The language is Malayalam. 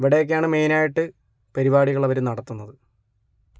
ഇവിടെക്കെയാണ് മെയ്നായിട്ട് പരിപാടികൾ അവര് നടത്തുന്നത്